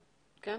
כן,